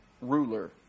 ruler